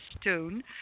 stone